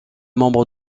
membre